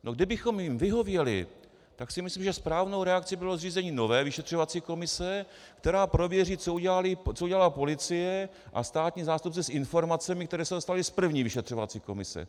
No, kdybychom jim vyhověli, tak si myslím, že správnou reakcí by bylo zřízení nové vyšetřovací komise, která prověří, co udělala policie a státní zástupci s informacemi, které se dostaly z první vyšetřovací komise.